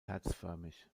herzförmig